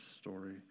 story